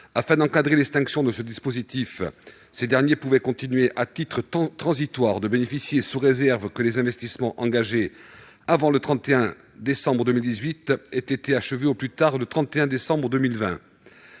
Afin d'encadrer l'extinction de ce dispositif, ces derniers pouvaient continuer à titre transitoire d'en bénéficier, sous réserve que les investissements engagés avant le 31 décembre 2018 aient été achevés au plus tard le 31 décembre 2020.